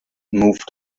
moved